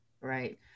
right